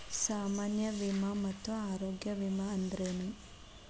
ಸಾಮಾನ್ಯ ವಿಮಾ ಮತ್ತ ಆರೋಗ್ಯ ವಿಮಾ ಅಂದ್ರೇನು?